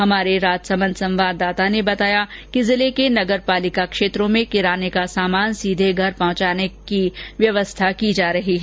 हमारे राजसमंद संवाददाता ने बताया कि आज से जिले के नगरपालिका क्षेत्रों में किराने का सामान सीधे घर पहुंचाने का प्रबंध किया जा रहा है